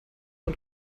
und